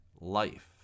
life